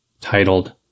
titled